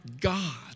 God